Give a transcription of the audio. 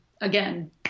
again